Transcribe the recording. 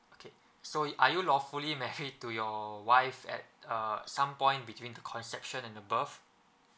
okay so are you lawfully mrried to your wife at uh some point between the conception and the birth